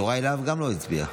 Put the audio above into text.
גם יוראי להב לא הצביע.